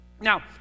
Now